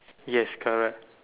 yes correct